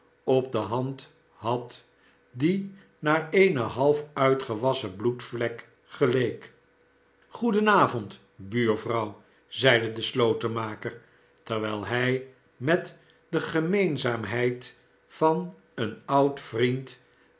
op de hand had die naar eene half uitgewasschen bloedvlek geleek goeden avond buurvrouw zeide de slotenmaker terwijl hij met de gemeenzaamheid van een oud vriend